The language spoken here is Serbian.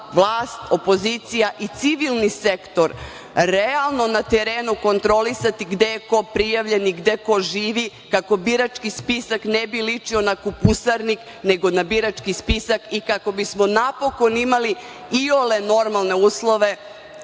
vlast, opozicija i civilni sektor realno na terenu kontrolisati gde je ko prijavljen i gde ko živi, kako birački spisak ne bi ličio na kupusarnik nego na birački spisak i kako bismo napokon imali iole normalne uslove